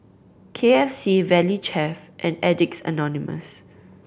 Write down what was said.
K F C Valley Chef and Addicts Anonymous